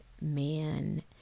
man